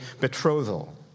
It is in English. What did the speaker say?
betrothal